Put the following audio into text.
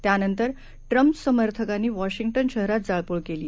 त्यानंतरट्रम्पसमर्थकांनीवॉशिंग्टनशहरातजाळपोळकेली